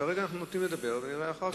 כרגע אנחנו נותנים לדבר ונראה אחר כך.